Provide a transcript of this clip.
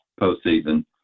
postseason